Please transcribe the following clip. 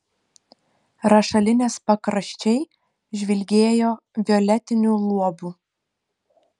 rašalinės pakraščiai žvilgėjo violetiniu luobu